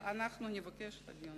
אנחנו נבקש דין רציפות.